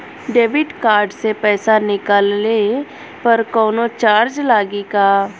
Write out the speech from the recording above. Debit card से पैसा निकलले पर कौनो चार्ज लागि का?